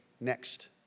next